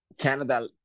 Canada